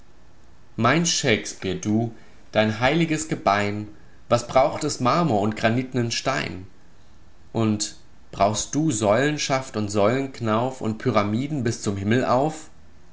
mein shakespeare du dein heiliges gebein was braucht es marmor und granitnen stein was brauchst du säulenschaft und säulenknauf und pyramiden bis zum himmel auf